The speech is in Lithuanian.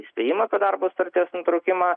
įspėjimą apie darbo sutarties nutraukimą